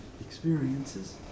experiences